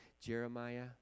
Jeremiah